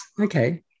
Okay